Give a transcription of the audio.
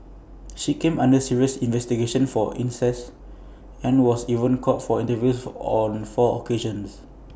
she came under serious investigation for incest and was even called for interviews for on four occasions